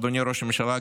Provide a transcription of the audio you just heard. אדוני ראש הממשלה,